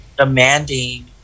demanding